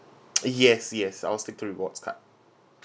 yes yes I'll stick to rewards card